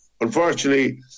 unfortunately